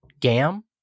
gam